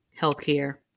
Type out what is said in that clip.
healthcare